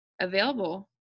available